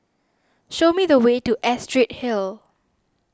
show me the way to Astrid Hill